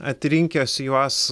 atrinkęs juos